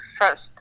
first